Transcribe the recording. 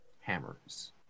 hammers